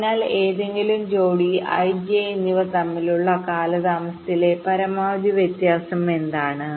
അതിനാൽ ഏതെങ്കിലും ജോഡി i j എന്നിവ തമ്മിലുള്ള കാലതാമസത്തിലെ പരമാവധി വ്യത്യാസം എന്താണ്